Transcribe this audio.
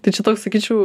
tai čia toks sakyčiau